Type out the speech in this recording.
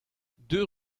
deux